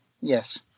Yes